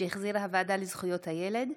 שהחזירה הוועדה לזכויות הילד,